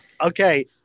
Okay